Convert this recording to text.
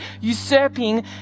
usurping